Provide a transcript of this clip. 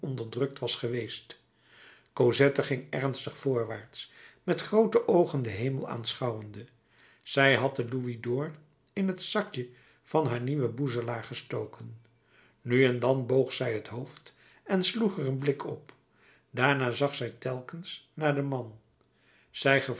onderdrukt was geweest cosette ging ernstig voorwaarts met groote oogen den hemel aanschouwende zij had den louisd'or in het zakje van haar nieuwen boezelaar gestoken nu en dan boog zij t hoofd en sloeg er een blik op daarna zag zij telkens naar den man zij